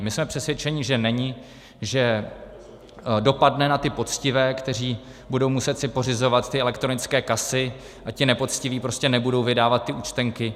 My jsme přesvědčeni, že není, že dopadne na ty poctivé, kteří si budou muset pořizovat ty elektronické kasy, a ti nepoctiví prostě nebudou vydávat ty účtenky.